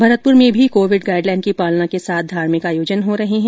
भरतपुर में भी covid guideline की पालना के साथ धार्मिक आयोजन हो रहे है